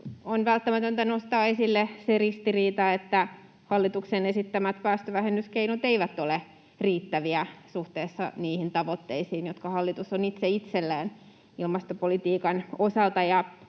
on välttämätöntä nostaa esille se ristiriita, että hallituksen esittämät päästövähennyskeinot eivät ole riittäviä suhteessa niihin tavoitteisiin, jotka hallitus on itse itselleen ilmastopolitiikan osalta